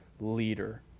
leader